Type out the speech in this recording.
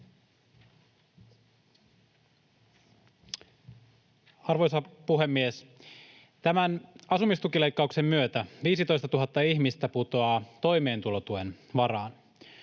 Arvoisa puhemies! Tämän asumistukileikkauksen myötä 15 000 ihmistä putoaa toimeentulotuen varaan.